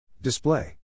Display